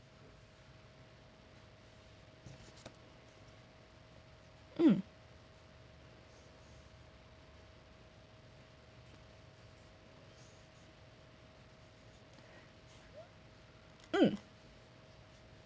mm mm